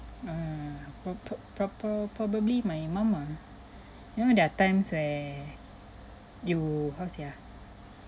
mm proper proper~ probably my mum ah you know when there are times where you how to say ah